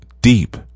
Deep